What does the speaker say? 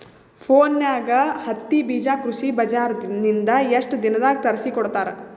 ಫೋನ್ಯಾಗ ಹತ್ತಿ ಬೀಜಾ ಕೃಷಿ ಬಜಾರ ನಿಂದ ಎಷ್ಟ ದಿನದಾಗ ತರಸಿಕೋಡತಾರ?